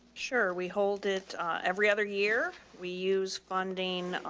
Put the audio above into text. sure. we hold it every other year. we use funding,